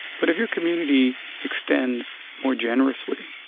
but if your community extends more generously,